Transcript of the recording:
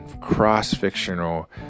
cross-fictional